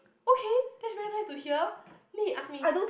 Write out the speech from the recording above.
okay that is very nice to hear me ask me